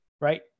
right